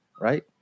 Right